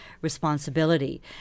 Responsibility